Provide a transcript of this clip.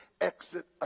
exit